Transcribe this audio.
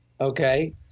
okay